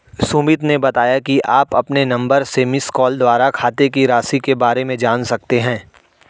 सुमित ने बताया कि आप अपने नंबर से मिसकॉल द्वारा खाते की राशि के बारे में जान सकते हैं